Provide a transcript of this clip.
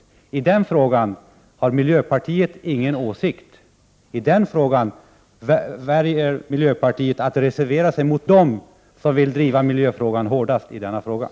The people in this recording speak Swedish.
Jag tycker det är rätt fantastiskt att miljöpartiet saknar åsikt i den frågan. I den frågan väljer miljöpartiet att reservera sig mot dem som vill driva miljöaspekterna hårdast!